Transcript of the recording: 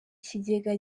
kigega